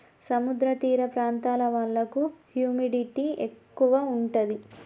సముద్ర తీర ప్రాంతాల వాళ్లకు హ్యూమిడిటీ ఎక్కువ ఉంటది